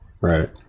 Right